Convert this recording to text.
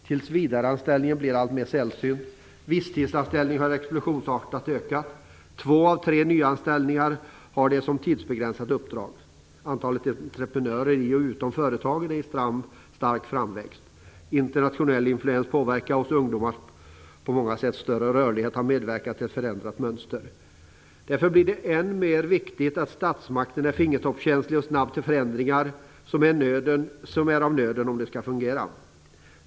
Tillsvidareanställningen blir alltmer sällsynt, och visstidsanställningen har explosionsartat ökat. Två av tre nyanställda har tidsbegränsat uppdrag. Antalet entreprenörer i och utom företagen är i stark framväxt. Internationell influens påverkar oss, och ungdomars på många sätt större rörlighet har medverkat till ett förändrat mönster. Därför blir det än mer viktigt att statsmakten är fingertoppskänslig och snabb till förändringar som är av nöden om det skall fungera.